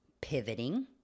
pivoting